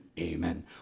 amen